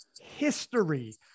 history